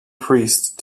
priest